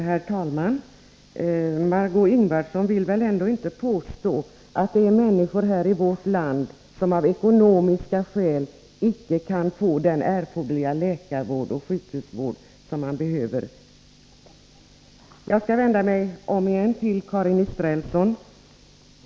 Herr talman! Margé Ingvardsson vill väl ändå inte påstå att det finns människor här i vårt land som av ekonomiska skäl icke kan få den läkarvård och den sjukhusvård de behöver? Jag skall om igen vända mig till Karin Israelsson.